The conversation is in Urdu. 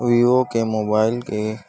ویوو کے موبائل کے